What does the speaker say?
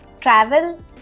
travel